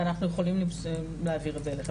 ואנחנו יכולים להעביר את זה אליכם.